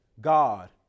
God